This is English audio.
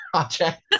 Project